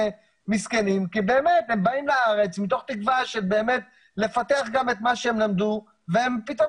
מסכנים כי באמת הם באים לארץ מתוך תקווה לפתח את מה שהם למדו ופתאום